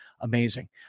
amazing